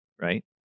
right